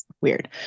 Weird